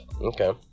Okay